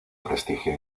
prestigio